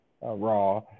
Raw